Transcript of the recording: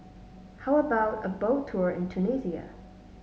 how about a Boat Tour in Tunisia